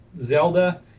Zelda